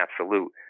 absolute